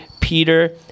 Peter